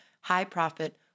high-profit